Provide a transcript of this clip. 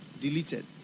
Deleted